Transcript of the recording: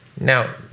Now